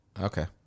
Okay